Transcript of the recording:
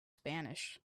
spanish